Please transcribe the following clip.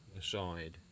aside